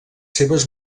seves